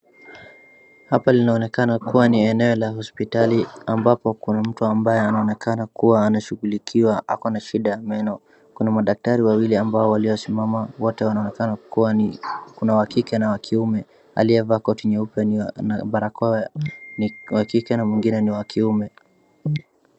Hapa linaonekana kuwa ni eneo la hospitali ambapo kuna mtu ambaye anaonekana kuwa anashughulikiwa na ako na shida ya meno . Kuna madaktari wawili ambao waliosimama wote wanaonekana kuwa kuna wa kike na wa kiume aliyevaa koti nyeupe ni wa barakoa ni wa kike na mwingine ni wa kiume.